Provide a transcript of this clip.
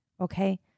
okay